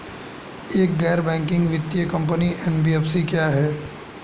एक गैर बैंकिंग वित्तीय कंपनी एन.बी.एफ.सी क्या है?